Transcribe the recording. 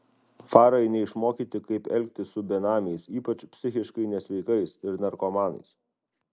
farai neišmokyti kaip elgtis su benamiais ypač psichiškai nesveikais ir narkomanais